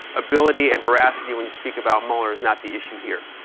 ability and veracity when you speak about mueller is not the issue here.